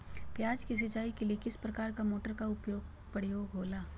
प्याज के सिंचाई के लिए किस प्रकार के मोटर का प्रयोग होवेला?